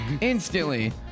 instantly